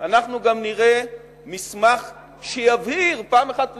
אנחנו גם נראה מסמך שיבהיר, אחת ולתמיד,